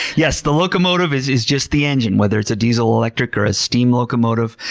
yes, the locomotive is is just the engine, whether it's a diesel, electric, or a steam locomotive.